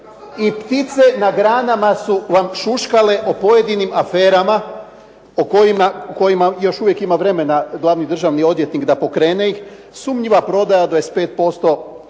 i ptice na granama su vam šuškale o pojedinim aferama o kojima još uvijek ima vremena glavni državni odvjetnik da ih pokrene. Sumnjiva prodaja 25%